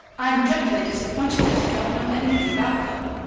i am dreadfully disappointed that you don't know anything about them.